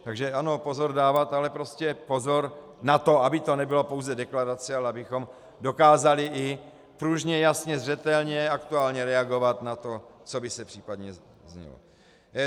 Takže ano, pozor dávat, ale pozor na to, aby to nebyla pouze deklarace, ale abychom dokázali i pružně, jasně, zřetelně, aktuálně reagovat na to, co by se případně změnilo.